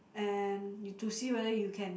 and to see whether you can